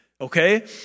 okay